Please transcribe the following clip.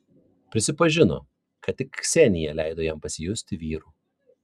prisipažino kad tik ksenija leido jam pasijusti vyru